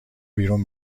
بیرون